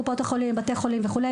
קופות החולים וכו'.